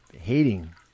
hating